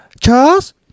Charles